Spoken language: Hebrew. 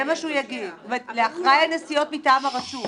זה מה שהוא יגיד לאחראי הנסיעות מטעם הרשות.